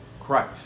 Christ